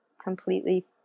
completely